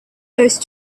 those